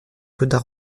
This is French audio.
côtes